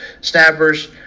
snappers